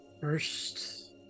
First